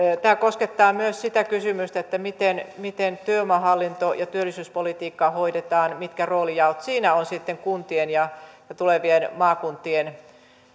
tämä koskettaa myös sitä kysymystä miten miten työvoimahallinto ja työllisyyspolitiikkaa hoidetaan mitkä roolijaot siinä sitten on kuntien ja tulevien maakuntien